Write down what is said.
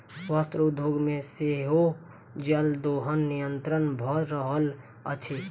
वस्त्र उद्योग मे सेहो जल दोहन निरंतन भ रहल अछि